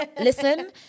Listen